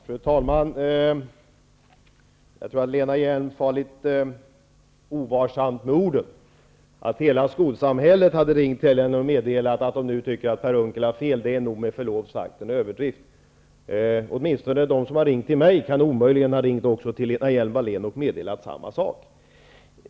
Fru talman! Jag tror att Lena Hjelm-Wallén är litet ovarsam med orden. Att hela skolsamhället skulle ha ringt till henne och meddelat att Per Unckel har fel är nog med förlov sagt en överdrift. Åtminstone har de som har ringt till mig omöjligen ringt till Lena Hjelm-Wallén och meddelat detta.